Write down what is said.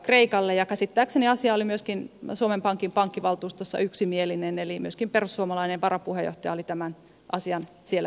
ja käsittääkseni asia oli myöskin suomen pankin pankkivaltuustossa yksimielinen eli myöskin perussuomalainen varapuheenjohtaja oli tämän asian siellä hyväksymässä